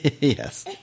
Yes